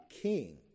King